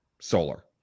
solar